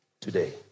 today